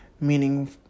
meaning